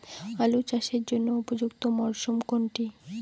আলু চাষের জন্য উপযুক্ত মরশুম কোনটি?